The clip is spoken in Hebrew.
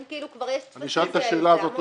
אם כבר יש טפסים כאלה, למה חצי שנה?